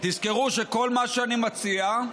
תזכרו שכל מה שאני מציע,